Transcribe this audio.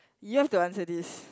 you have to answer this